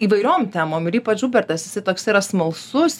įvairiom temom ir ypač hubertas jisai toksai yra smalsus